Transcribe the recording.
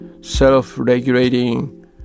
self-regulating